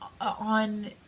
on